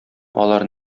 алар